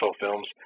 films